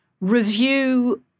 review